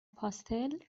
پاستل